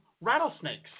rattlesnakes